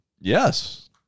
Yes